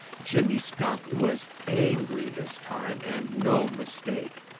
jimmy skunk was angry this time and no mistake.